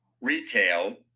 Retail